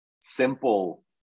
simple